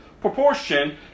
proportion